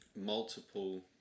multiple